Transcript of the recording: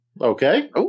Okay